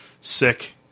sick